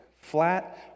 flat